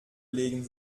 legen